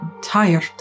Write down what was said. tired